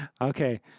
Okay